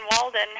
Walden